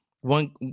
one